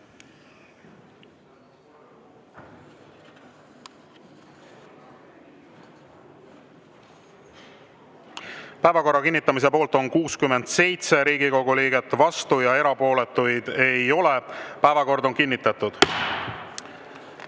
Päevakorra kinnitamise poolt on 67 Riigikogu liiget, vastuolijaid ega erapooletuid ei ole. Päevakord on kinnitatud. Nüüd,